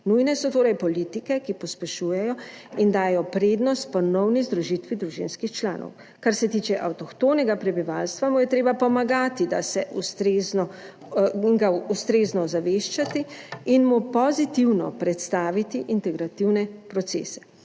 Nujne so torej politike, ki pospešujejo in dajejo prednost ponovni združitvi družinskih članov. Kar se tiče avtohtonega prebivalstva, mu je treba pomagati, in ga ustrezno ozaveščati in mu pozitivno predstaviti integrativne procese.